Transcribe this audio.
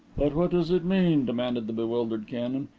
but what does it mean? demanded the bewildered canon.